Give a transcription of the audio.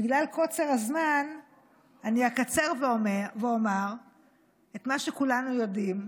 בגלל קוצר הזמן אני אקצר ואומר את מה שכולנו יודעים,